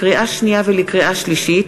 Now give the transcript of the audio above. לקריאה שנייה ולקריאה שלישית: